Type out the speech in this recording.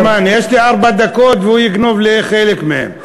יש לי ארבע דקות והוא יגנוב לי חלק מהן.